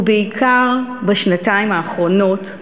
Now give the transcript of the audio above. ובעיקר בשנתיים האחרונות,